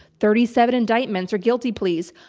thirty seven indictments or guilty pleas,